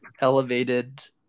elevated